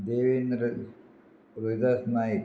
Devendra Rohidas Naik